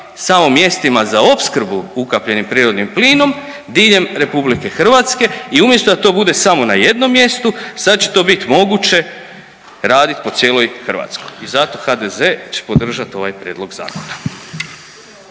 samo mjestima za opskrbu ukapljenim prirodnim plinom diljem Republike Hrvatske i umjesto da to bude samo na jednom mjestu sada će to biti moguće raditi po cijeloj Hrvatskoj i zato HDZ-e će podržati ovaj Prijedlog zakona.